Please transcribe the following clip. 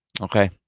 Okay